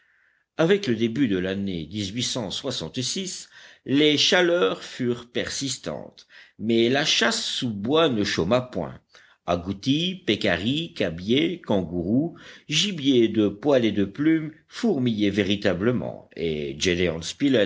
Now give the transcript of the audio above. avec le début de l'année les chaleurs furent persistantes mais la chasse sous bois ne chôma point agoutis pécaris cabiais kangourous gibiers de poil et de plume fourmillaient véritablement et